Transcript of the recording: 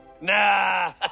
nah